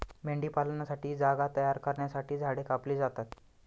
मेंढीपालनासाठी जागा तयार करण्यासाठी झाडे कापली जातात